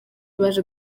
baje